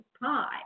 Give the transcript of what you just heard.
pie